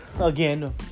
again